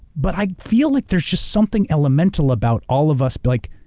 but i feel like there's just something elemental about all of us but like,